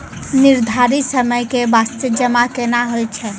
निर्धारित समय के बास्ते जमा केना होय छै?